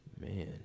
Man